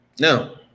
no